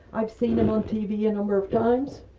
i've seen him on tv a number of times